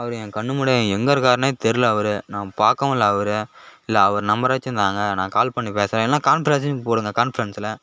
அவர் என் கண் முன்னாடி எங்கே இருக்காருன்னே தெரில அவர் நான் பார்க்கவும் இல்லை அவரை இல்லை அவரு நம்பர் ஆச்சும் தாங்க நான் கால் பண்ணிப் பேசுகிறேன் இல்லைனா கான்ஃபரென்ஸிங் போடுங்கள் கான்ஃபரென்ஸில்